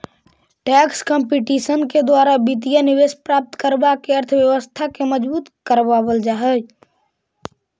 tax competition के द्वारा वित्तीय निवेश प्राप्त करवा के अर्थव्यवस्था के मजबूत करवा वल जा हई